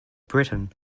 britain